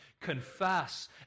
Confess